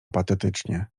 patetycznie